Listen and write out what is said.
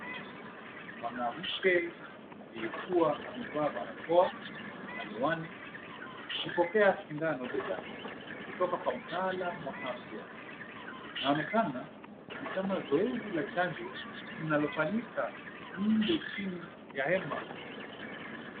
Mwanamke aliyekuwa amevaa barakoa na miwani, akipokea sindano begani kutoka kwa mtaalam wa afya. Inaonekana ni kama zoezi la chanjo linalofanyika nje chini ya hema.